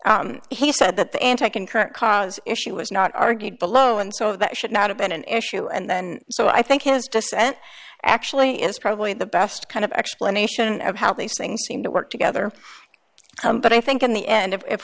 dissent he said that they can correct cause if she was not argued below and so that should not have been an issue and then so i think his dissent actually is probably the best kind of explanation of how these things seem to work together but i think in the end if